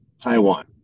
Taiwan